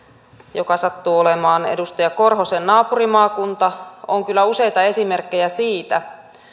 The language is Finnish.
joka sattuu olemaan edustaja korhosen naapurimaakunta on kyllä useita esimerkkejä siitä